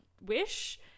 wish